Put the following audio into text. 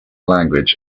language